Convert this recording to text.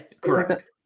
Correct